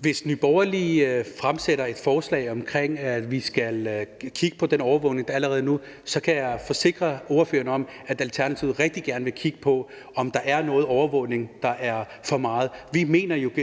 Hvis Nye Borgerlige fremsætter et forslag om, at vi skal kigge på den overvågning, der allerede er nu, kan jeg forsikre ordføreren om, at Alternativet rigtig gerne vil kigge på, om der er noget overvågning, der er for meget. Vi mener jo, at